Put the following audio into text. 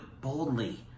boldly